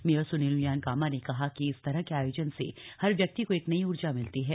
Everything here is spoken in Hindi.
मेयर सुनील उनियाल गामा ने कहा कि इस तरह के आयोजन से हर व्यक्ति को एक नई उर्जा मिलती है